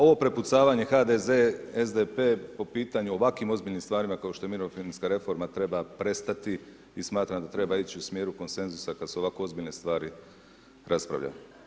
Ovo prepucavanje HDZ-SDP po pitanju o ovakvim ozbiljnim stvarima kap što je mirovinska reforma treba prestati i smatram da treba ići u smjeru konsenzusa kad se ovako ozbiljne stvari raspravljaju.